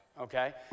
okay